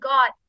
God